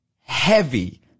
heavy